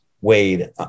weighed